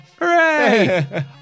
Hooray